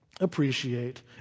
appreciate